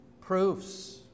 proofs